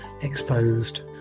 exposed